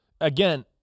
again